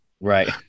Right